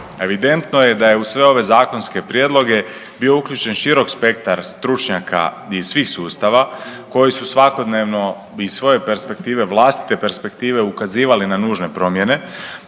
Evidentno je da je u sve ove zakonske prijedloge bio uključen širok spektar stručnjaka iz svih sustava koji su svakodnevno iz svoje perspektive, vlastite perspektive ukazivali na nužne promjene,